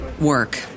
work